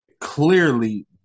clearly